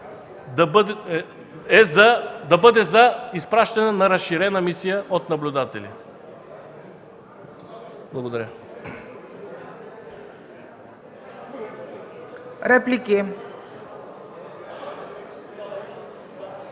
да бъде за изпращане на разширена мисия от наблюдатели”. Благодаря.